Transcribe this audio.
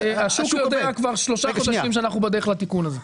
השוק יודע כבר שלושה חודשים שאנחנו בדרך לתיקון הזה.